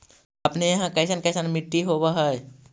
अपने यहाँ कैसन कैसन मिट्टी होब है?